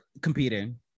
competing